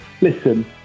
Listen